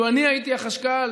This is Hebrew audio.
לו אני הייתי החשכ"ל,